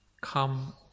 Come